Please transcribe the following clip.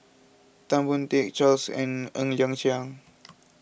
Tan Boon Teik Charles and Ng Liang Chiang